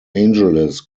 angeles